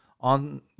on